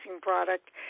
product